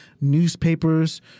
newspapers